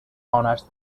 honors